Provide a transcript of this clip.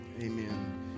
Amen